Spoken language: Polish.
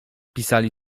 pisali